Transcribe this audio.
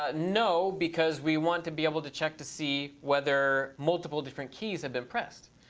ah no, because we want to be able to check to see whether multiple different keys have been pressed.